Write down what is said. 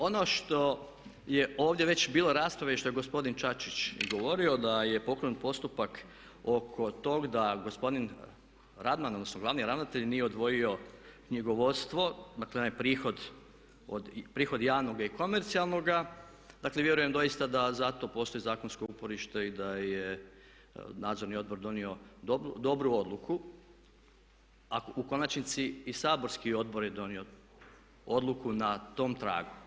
Ono što je ovdje već bilo rasprave i što je gospodin Čačić i govorio da je pokrenut postupak oko tog da gospodin Radman odnosno glavni ravnatelj nije odvojio knjigovodstvo, dakle onaj prihod javnog i komercijalnog, vjerujem doista da za to postoji zakonsko uporište i da je nadzorni odbor donio dobru odluku, a u konačnici i saborski odbor je donio odluku na tom tragu.